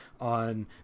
on